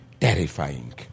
terrifying